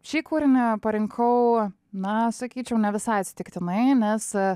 šį kūrinį parinkau na sakyčiau ne visai atsitiktinai nes